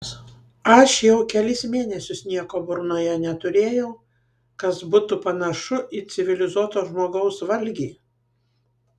aš jau kelis mėnesius nieko burnoje neturėjau kas būtų panašu į civilizuoto žmogaus valgį